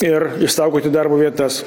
ir išsaugoti darbo vietas